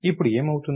ఇప్పుడు ఏమవుతుంది